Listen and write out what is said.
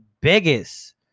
biggest